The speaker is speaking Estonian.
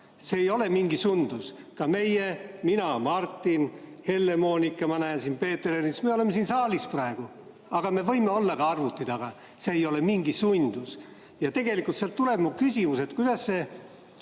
See ei ole mingi sundus. Meie – mina, Martin, Helle-Moonika, ma näen siin ka Peeter Ernitsat – oleme siin saalis praegu, aga me võime olla ka arvuti taga. See ei ole mingi sundus. Ja tegelikult sellest tuleb mu küsimus, et kuidas EKRE